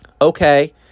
okay